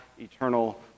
eternal